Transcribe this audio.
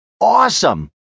Awesome